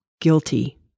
guilty